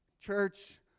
Church